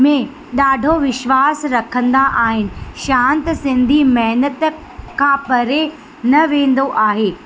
में ॾाढो विश्वास रखंदा आहिनि शांति सिंधी महिनत खां परे न वेंदो आहे